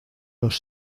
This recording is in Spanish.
los